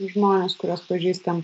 tai žmonės kuriuos pažįstam